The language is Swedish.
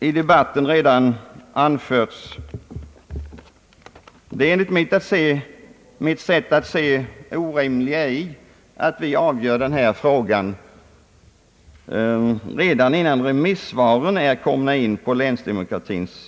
I debatten har redan påtalats det enligt min uppfattning orimliga i att den fråga vi nu diskuterar avgörs innan remissvaren på länsdemokratiutredningen har avgivits.